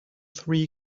three